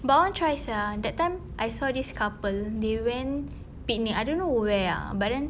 but I want to try sia that time I saw this couple they went picnic I don't know where ah but then